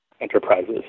enterprises